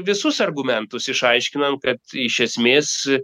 visus argumentus išaiškinant kad iš esmės